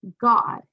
god